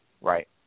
right